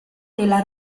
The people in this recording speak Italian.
della